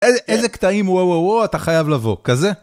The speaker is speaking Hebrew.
איזה קטעים וואו וואו וואו אתה חייב לבוא, כזה?